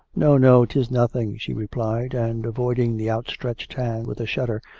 no, no, tis nothing she replied, and avoiding the outstretched hand with a shudder,